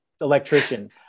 electrician